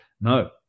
no